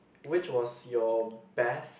which was your best